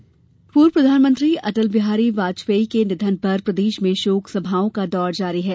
शोक सभा पूर्व प्रधानमंत्री अटल बिहारी वाजपेयी के निधन पर प्रदेश में शोक सभाओं का दौर जारी है